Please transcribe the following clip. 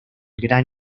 gran